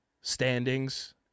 standings